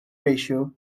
ratio